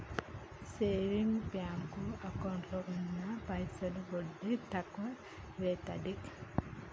saving bank ఎకౌంటులో ఉన్న పైసలు వడ్డి తక్కువైతాంది